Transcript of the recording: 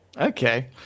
Okay